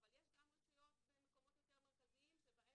אבל יש גם רשויות במקומות יותר מרכזיים שבהן